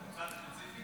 לצד ספציפי?